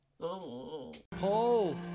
Paul